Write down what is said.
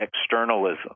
externalism